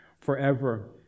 forever